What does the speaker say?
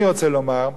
אני רוצה לומר,